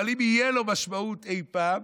אבל אם תהיה לו משמעות אי פעם,